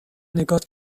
نگات